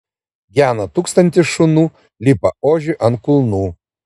gena tūkstantis šunų lipa ožiui ant kulnų